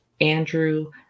Andrew